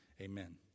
amen